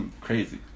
crazy